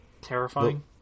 terrifying